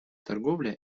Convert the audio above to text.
торговля